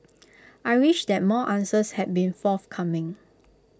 I wish that more answers had been forthcoming